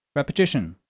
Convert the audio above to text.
repetition